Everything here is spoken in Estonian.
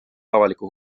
avaliku